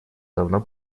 давно